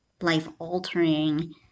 life-altering